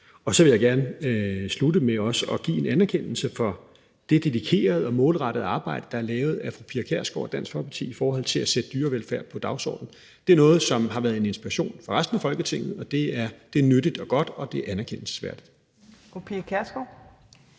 op? Så vil jeg også gerne slutte med at give en anerkendelse for det dedikerede og målrettede arbejde, der er lavet af fru Pia Kjærsgaard og Dansk Folkeparti i forhold til at sætte dyrevelfærd på dagsordenen. Det er noget, som har været en inspiration for resten af Folketinget, og det er nyttigt og godt, og det er anerkendelsesværdigt.